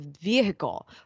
vehicle